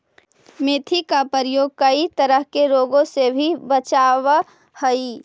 मेथी का प्रयोग कई तरह के रोगों से भी बचावअ हई